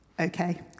Okay